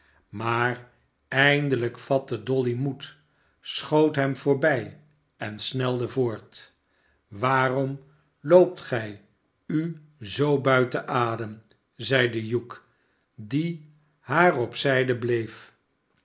maar eindelijk vatte dolly moed schoot hem voorbij en snelde voort waarom loopt gij u zoo buiten adem zeide hugh die haar op zijde bleef